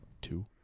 Two